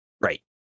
Right